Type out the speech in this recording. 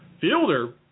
Fielder